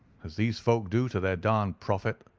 as these folk do to their darned prophet.